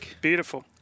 Beautiful